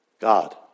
God